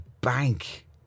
bank